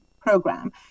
program